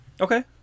Okay